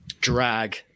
drag